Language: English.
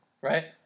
Right